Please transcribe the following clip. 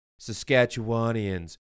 Saskatchewanians